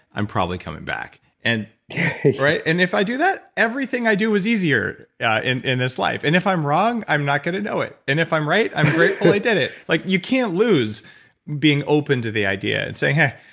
i'm probably coming back. and and if i do that, everything i do is easier in in this life. and if i'm wrong, i'm not going to know it. and if i'm right, i'm grateful i did it. like you can't lose being open to the idea and saying, hey,